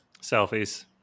Selfies